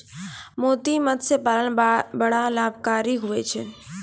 मोती मतस्य पालन बड़ो लाभकारी हुवै छै